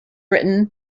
written